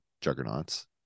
juggernauts